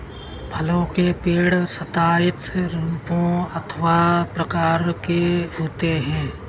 फलों के पेड़ सताइस रूपों अथवा प्रकार के होते हैं